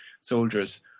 soldiers